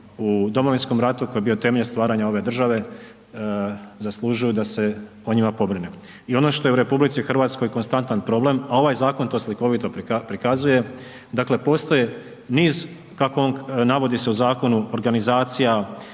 u Domovinskom ratu koji je temelj stvaranja ove države, zaslužuju da se o njima pobrine. I ono što je u RH konstantan problem a ovaj zakon to slikovito prikazuje, dakle postoje niz kako navodi se u zakonu, organizacija,